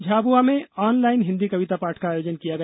झाबुआ में ऑनलाइन हिन्दी कविता पाठ का आयोजन किया गया